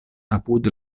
apud